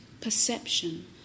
perception